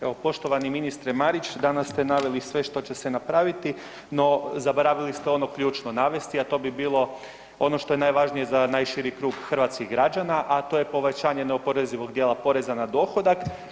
Evo poštovani ministre Marić, danas ste naveli sve što će se napraviti, no zaboravili ste ono ključno navesti, a to bi bilo ono što je najvažnije za najširi krug hrvatskih građana, a to je povećanje neoporezivog dijela poreza na dohodak.